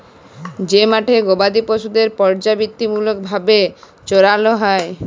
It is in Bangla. যে মাঠে গবাদি পশুদের পর্যাবৃত্তিমূলক ভাবে চরাল হ্যয়